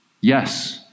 Yes